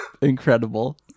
incredible